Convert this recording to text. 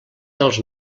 dels